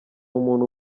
umuntu